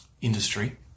industry